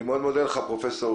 אני מאוד מודה לך, פרופ'